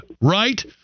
right